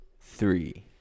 three